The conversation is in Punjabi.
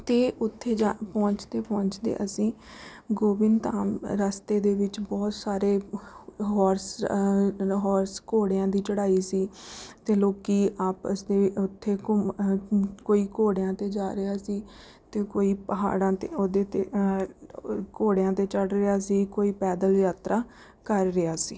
ਅਤੇ ਉੱਥੇ ਜਾ ਪਹੁੰਚਦੇ ਪਹੁੰਚਦੇ ਅਸੀਂ ਗੋਬਿੰਦ ਧਾਮ ਰਸਤੇ ਦੇ ਵਿੱਚ ਬਹੁਤ ਸਾਰੇ ਹੋਰਸ ਹੋਰਸ ਘੋੜਿਆਂ ਦੀ ਚੜ੍ਹਾਈ ਸੀ ਅਤੇ ਲੋਕ ਆਪਸ ਦੇ ਉੱਥੇ ਘੁੰਮ ਅਹ ਕੋਈ ਘੋੜਿਆਂ 'ਤੇ ਜਾ ਰਿਹਾ ਸੀ ਅਤੇ ਕੋਈ ਪਹਾੜਾਂ 'ਤੇ ਉਹਦੇ 'ਤੇ ਘੋੜਿਆਂ 'ਤੇ ਚੜ੍ਹ ਰਿਹਾ ਸੀ ਕੋਈ ਪੈਦਲ ਯਾਤਰਾ ਕਰ ਰਿਹਾ ਸੀ